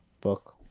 book